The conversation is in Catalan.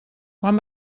quan